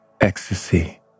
ecstasy